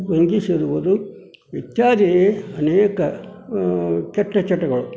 ಭಂಗಿ ಸೇದುವುದು ಇತ್ಯಾದಿ ಅನೇಕ ಕೆಟ್ಟ ಚಟಗಳು